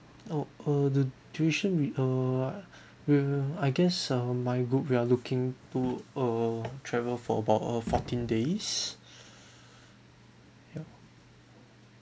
oh uh the duration we err we I guess uh my goo~ we are looking to err travel for about uh fourteen days ya